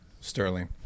Sterling